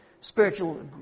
spiritual